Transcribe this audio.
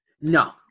no